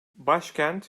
başkent